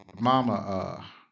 mama